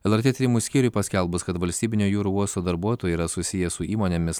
lrt tyrimų skyriui paskelbus kad valstybinio jūrų uosto darbuotojai yra susiję su įmonėmis